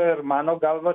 ir mano galva